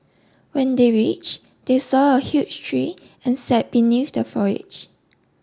when they reach they saw a huge tree and sat beneath the foliage